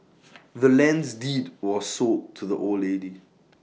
the land's deed was sold to the old lady